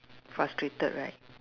frustrated right